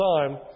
time